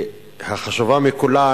החשובה מכולן,